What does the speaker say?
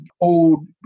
old